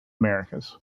americas